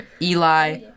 Eli